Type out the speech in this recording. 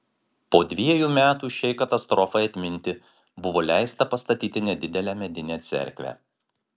po dvejų metų šiai katastrofai atminti buvo leista pastatyti nedidelę medinę cerkvę